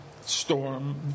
Storm